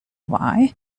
why